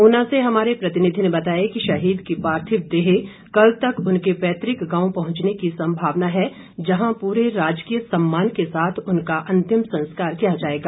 ऊना से हमारे प्रतिनिधि ने बताया कि शहीद की पार्थिव देह कल तक उनके पैतृक गांव पहुंचने की संभावना है जहां पूरे राजकीय सम्मान के साथ उनका अंतिम संस्कार किया जाएगा